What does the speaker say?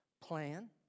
plan